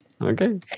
Okay